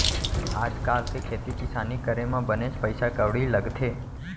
आज काल के खेती किसानी करे म बनेच पइसा कउड़ी लगथे